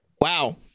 Wow